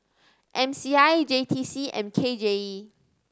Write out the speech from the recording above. M C I J T C and K J E